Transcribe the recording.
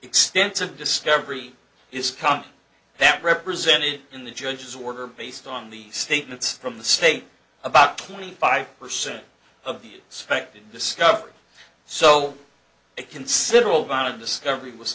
extensive discovery is common that represented in the judge's order based on the statements from the state about twenty five percent of the suspected discovered so a considerable amount of discovery was